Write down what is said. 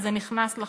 וזה נכנס לחוק.